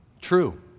true